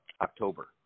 October